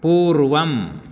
पूर्वम्